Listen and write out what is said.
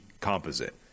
composite